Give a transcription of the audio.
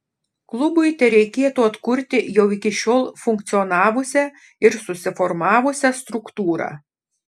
klubui tereikėtų atkurti jau iki šiol funkcionavusią ir susiformavusią struktūrą